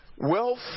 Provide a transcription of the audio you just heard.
wealth